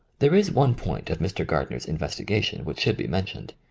there is one point of mr. gardner's in vestigation which should be mentioned.